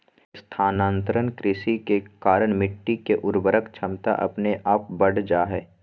स्थानांतरण कृषि के कारण मिट्टी के उर्वरक क्षमता अपने आप बढ़ जा हय